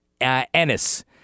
Ennis